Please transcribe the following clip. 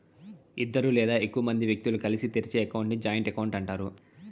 ఇద్దరు లేదా ఎక్కువ మంది వ్యక్తులు కలిసి తెరిచే అకౌంట్ ని జాయింట్ అకౌంట్ అంటారు